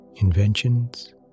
inventions